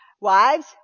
Wives